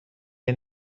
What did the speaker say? این